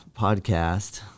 podcast